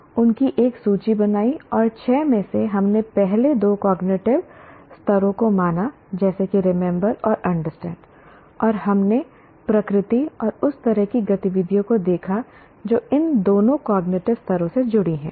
हमने उनकी एक सूची बनाई और छह में से हमने पहले दो कॉग्निटिव स्तरों को माना जैसे कि "रिमेंबर और अंडरस्टैंड " और हमने प्रकृति और उस तरह की गतिविधियों को देखा जो इन दोनों कॉग्निटिव स्तरों से जुड़ी हैं